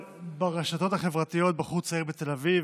ברשתות החברתיות בחור צעיר בתל אביב,